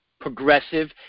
progressive